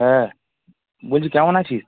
হ্যাঁ বলছি কেমন আছিস